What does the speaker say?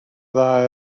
dda